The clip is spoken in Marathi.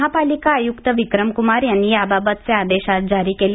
महापालिका आयुक्त विक्रमकुमार यांनी याबाबतचे आदेश आज जारी केले